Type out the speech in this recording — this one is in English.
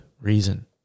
reason